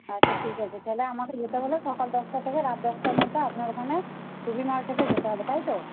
আচ্ছা ঠিক আছে তাহলে আমাকে যেতে হবে সকাল দশটা থেকে রাত দশটার মধ্যে আপনার ওখানে রুবি মার্কেটে যেতে হবে তাই তো